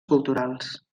culturals